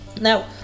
Now